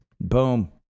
Boom